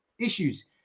Issues